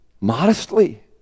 modestly